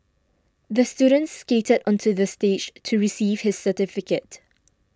the student skated onto the stage to receive his certificate